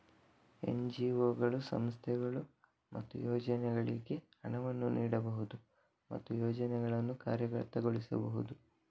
ಎನ್.ಜಿ.ಒಗಳು, ಸಂಸ್ಥೆಗಳು ಮತ್ತು ಯೋಜನೆಗಳಿಗೆ ಹಣವನ್ನು ನೀಡಬಹುದು ಮತ್ತು ಯೋಜನೆಗಳನ್ನು ಕಾರ್ಯಗತಗೊಳಿಸಬಹುದು